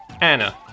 Anna